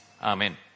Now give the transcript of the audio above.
Amen